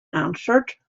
answered